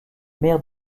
mère